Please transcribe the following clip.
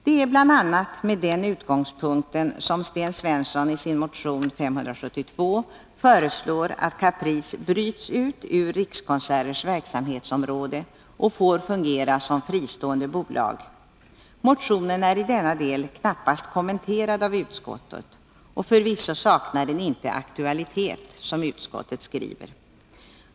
Det är bl.a. med den utgångspunkten som Sten Svensson i motion 572 föreslår att Caprice bryts ut ur Rikskonserters verksamhetsområde och får fungera som fristående bolag. Motionen är i denna del knappast kommenterad av utskottet — och förvisso saknar den inte aktualitet, som utskottet skriver.